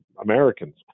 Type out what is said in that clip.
Americans